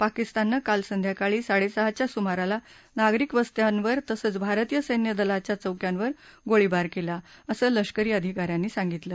पाकिस्ताननं काल संध्याकाळी साडे सहाच्या सुमाराला नागरिक वस्त्यांवर तसंच भारतीय सैन्य दलाच्या चौक्यांवर गोळीबार केला असं लष्करी अधिकाऱ्यांनी सांगितलं